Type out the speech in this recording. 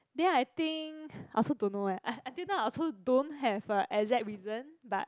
then I think I also don't know eh until now I also don't have exact reason but